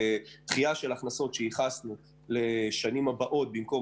דחייה של הכנסות שייחסנו לשנים הבאות בגלל